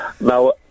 Now